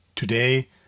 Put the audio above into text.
Today